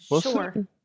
Sure